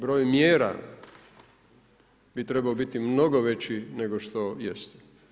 Broj mjera bi trebao biti mnogo veći nego što jest.